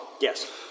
Yes